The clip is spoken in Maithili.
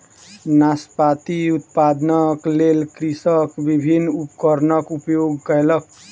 नाशपाती उत्पादनक लेल कृषक विभिन्न उपकरणक उपयोग कयलक